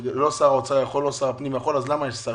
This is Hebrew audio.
אם שר האוצר לא יכול ושר הפנים לא יכול אז למה יש שרים?